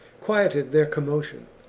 quieted their commotion,